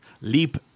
Leap